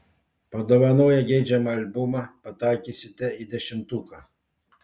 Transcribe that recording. padovanoję geidžiamą albumą pataikysite į dešimtuką